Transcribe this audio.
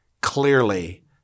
Clearly